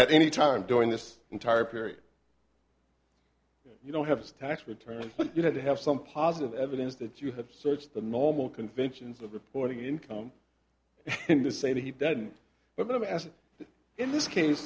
at any time during this entire period you don't have tax returns you know to have some positive evidence that you have searched the normal conventions of reporting income to say that he doesn't but as in this case